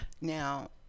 now